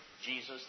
Jesus